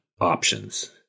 options